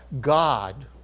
God